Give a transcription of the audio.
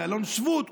באלון שבות,